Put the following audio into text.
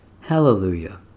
Hallelujah